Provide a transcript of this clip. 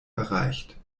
erreicht